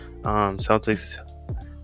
Celtics